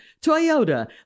Toyota